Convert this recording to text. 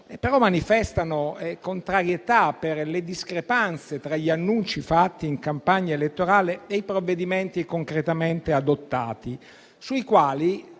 voto, manifestano contrarietà per le discrepanze tra gli annunci fatti in campagna elettorale e i provvedimenti concretamente adottati, sui quali